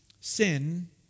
sin